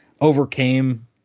overcame